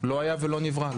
לא היה ולא נברא.